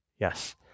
Yes